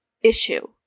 issue